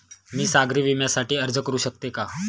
मी सागरी विम्यासाठी अर्ज करू शकते का?